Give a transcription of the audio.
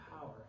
power